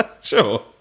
Sure